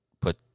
put